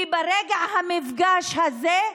כי ברגע המפגש הזה,